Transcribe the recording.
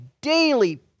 daily